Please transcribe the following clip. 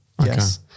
yes